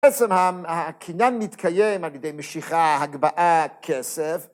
בעצם הקניין מתקיים על ידי משיכה, הגבהה, כסף.